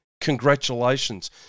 congratulations